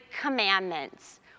commandments